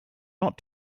not